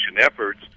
efforts